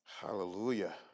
Hallelujah